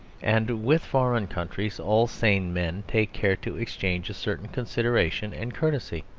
and with foreign countries all sane men take care to exchange a certain consideration and courtesy.